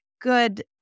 good